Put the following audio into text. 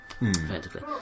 Effectively